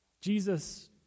Jesus